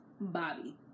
Bobby